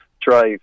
drive